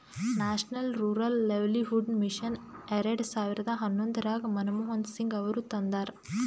national rural livelihood mission ಎರೆಡ ಸಾವಿರದ ಹನ್ನೊಂದರಾಗ ಮನಮೋಹನ್ ಸಿಂಗ್ ಅವರು ತಂದಾರ